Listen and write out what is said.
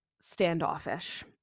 standoffish